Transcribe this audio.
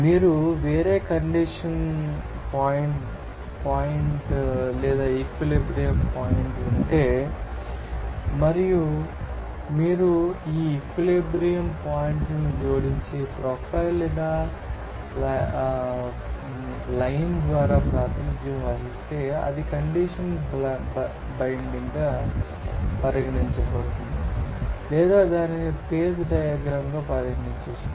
మీకు వేరే condition point లేదా ఈక్విలిబ్రియమ్ పాయింట్ ఉంటే మరియు మీరు ఆ ఈక్విలిబ్రియమ్ పాయింట్లను జోడించి ప్రొఫైల్ లేదా లైన్ ద్వారా ప్రాతినిధ్యం వహిస్తే అది కండిషన్ బ్లైండ్గా పరిగణించబడుతుంది లేదా దానిని ఫేజ్ డయాగ్రమ్గా పరిగణించవచ్చు